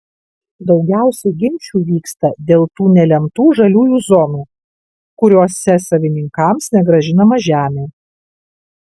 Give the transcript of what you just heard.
daugiausiai ginčų vyksta dėl tų nelemtų žaliųjų zonų kuriose savininkams negrąžinama žemė